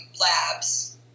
labs